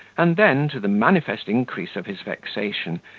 and then, to the manifest increase of his vexation,